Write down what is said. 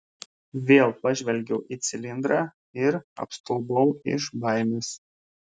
vėl pažvelgiau į cilindrą ir apstulbau iš baimės